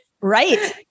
Right